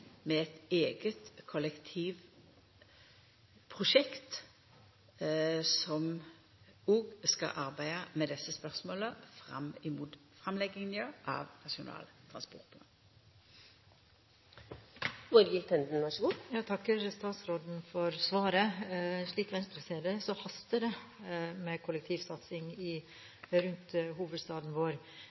med eit eige kollektivprosjekt som òg skal arbeida med desse spørsmåla fram mot framlegginga av Nasjonal transportplan. Jeg takker statsråden for svaret. Slik Venstre ser det, haster det med en kollektivsatsing i og rundt hovedstaden vår.